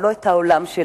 אבל לא את העולם שלנו,